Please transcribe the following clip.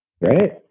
Right